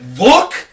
look